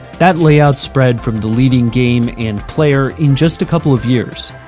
that layout spread from the leading game and player in just a couple of years.